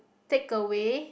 takeaway